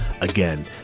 Again